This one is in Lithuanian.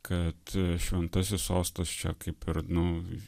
kad šventasis sostas čia kaip ir nu